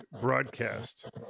broadcast